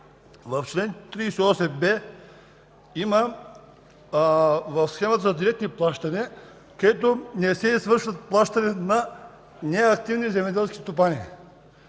в чл. 38б има в схемата за директни плащания, че не се извършват плащания на неактивни земеделски стопани.